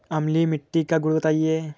अम्लीय मिट्टी का गुण बताइये